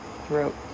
throat